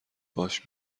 باش